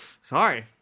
Sorry